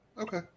Okay